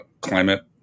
climate